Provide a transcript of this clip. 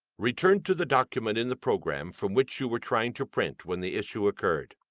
return to the document in the program from which you were trying to print when the issue occurred.